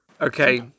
Okay